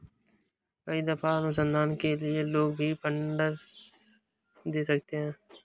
कई दफा अनुसंधान के लिए लोग भी फंडस दे सकते हैं